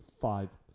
five